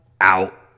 out